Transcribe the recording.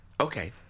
Okay